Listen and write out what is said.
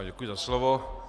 Děkuji za slovo.